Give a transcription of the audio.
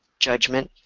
judgment,